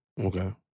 Okay